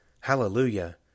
Hallelujah